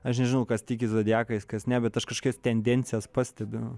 aš nežinau kas tiki zodiakais kas ne bet aš kažkokias tendencijas pastebiu